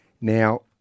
now